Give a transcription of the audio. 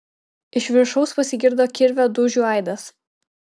iš viršaus pasigirdo kirvio dūžių aidas